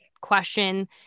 question